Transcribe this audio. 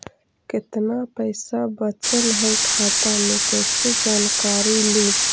कतना पैसा बचल है खाता मे कैसे जानकारी ली?